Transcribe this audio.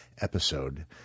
episode